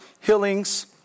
healings